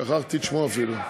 שכחתי את שמו אפילו.